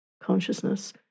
consciousness